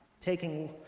taking